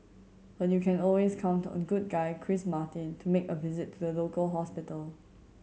but you can always count on good guy Chris Martin to make a visit to the local hospital